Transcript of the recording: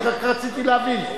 אני רק רציתי להבין.